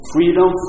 Freedom